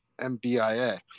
MBIA